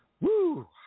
Woo